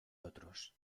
otros